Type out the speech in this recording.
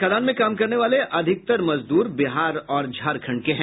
खदान में काम करने वाले अधिकतर मजदूर बिहार और झारखण्ड के हैं